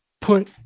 put